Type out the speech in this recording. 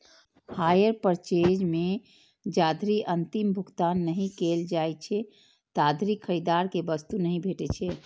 hire purchase मे जाधरि अंतिम भुगतान नहि कैल जाइ छै, ताधरि खरीदार कें वस्तु नहि भेटै छै